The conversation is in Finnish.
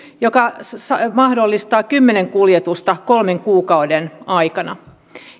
ja se mahdollistaa kymmenen kuljetusta kolmen kuukauden aikana